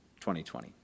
2020